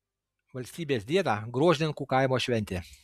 valstybės dieną gruožninkų kaimo šventė